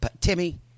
Timmy